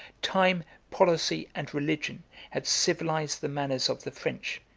time, policy, and religion had civilized the manners of the french,